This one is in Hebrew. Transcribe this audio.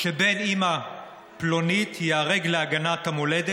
שבן אימא פלונית ייהרג להגנת המולד,